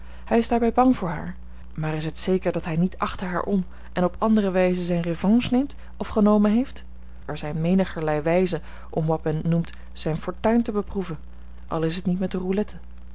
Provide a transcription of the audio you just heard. hij is daarbij bang voor haar maar is het zeker dat hij niet achter haar om en op andere wijze zijne revanche neemt of genomen heeft er zijn menigerlei wijzen om wat men noemt zijne fortuin te beproeven al is het niet met de roulette